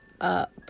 up